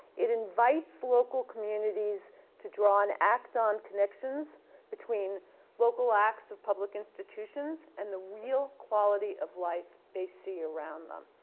it invites local communities to draw and act on connections between local acts of public institutions and the real quality of life they see around them.